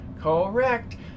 Correct